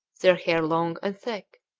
their hair long and thick,